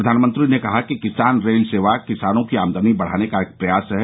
प्रधानमंत्री ने कहा कि किसान रेल सेवा किसानों की आमदनी बढ़ाने का एक प्रयास है